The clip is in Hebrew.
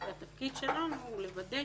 והתפקיד שלנו הוא לוודא